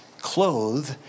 clothe